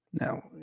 Now